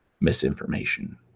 misinformation